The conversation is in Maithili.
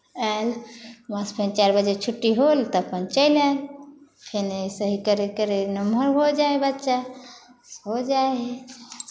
आयल हुआँसँ फेर चारि बजे छुट्टी होल तऽ अपन चलि आयल फेर अइसे ही करैत करैत नम्हर हो जाइ हइ बच्चा बस हो जाइ हइ